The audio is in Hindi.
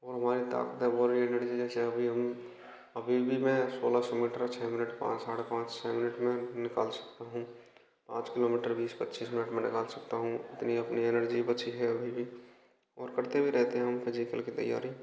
और हमारे ताकत है बौडी एनर्जी जैसे अभी हम अभी भी मैं सोलह सौ मीटर छः मिनट पाँच साढ़े पाँच छः मिनट में निकाल सकता हूँ पाँच किलोमीटर बीस पचीस मिनट में निकाल सकता हूँ इतनी अपनी एनर्जी बची है अभी भी और करते भी रहते हैं हम फिजिकल कि तैयारी